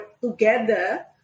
together